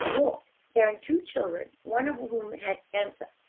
walk, carrying two children, one of whom had cancer,